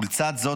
לצד זאת,